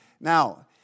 Now